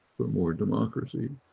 for more democracy,